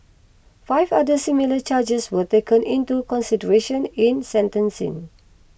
five other similar charges were taken into consideration in sentencing